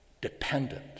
dependent